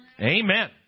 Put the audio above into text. Amen